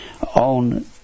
on